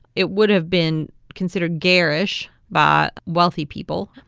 it would have been considered garish by wealthy people,